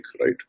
right